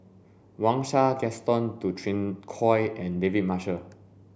Wang Sha Gaston Dutronquoy and David Marshall